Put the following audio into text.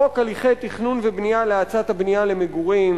חוק הליכי תכנון ובנייה להאצת הבנייה למגורים.